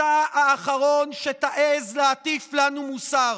אתה האחרון שתעז להטיף לנו מוסר.